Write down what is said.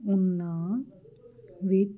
ਉਹਨਾਂ ਵਿੱਚ